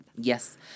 Yes